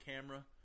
camera